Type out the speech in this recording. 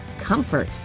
Comfort